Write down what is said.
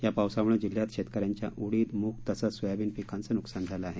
या पावसामुळे जिल्ह्यात शेतकऱ्यांच्या उडीद मूग तसंच सोयाबीन पिकाचे नुकसान झाले आहे